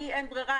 כי אין ברירה,